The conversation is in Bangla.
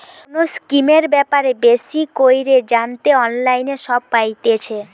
কোনো স্কিমের ব্যাপারে বেশি কইরে জানতে অনলাইনে সব পাইতেছে